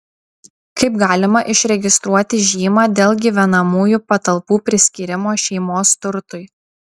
kaip galima išregistruoti žymą dėl gyvenamųjų patalpų priskyrimo šeimos turtui